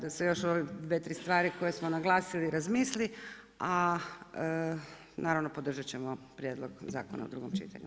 Da se još ovoj 2, 3 stvari koje smo naglasili razmisli, a naravno podržati ćemo prijedlog zakona o drugom čitanju.